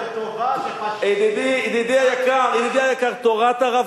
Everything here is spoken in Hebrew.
ידידי היקר, תורת הרב